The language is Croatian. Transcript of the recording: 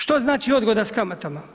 Što znači odgoda s kamatama?